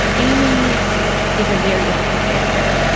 amy is a very difficult character.